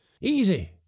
Easy